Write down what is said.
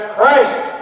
Christ